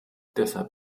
deshalb